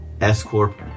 S-Corp